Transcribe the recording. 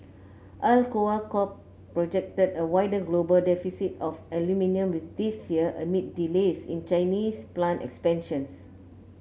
Alcoa Corp projected a wider global deficit of aluminium this year amid delays in Chinese plant expansions